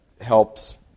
helps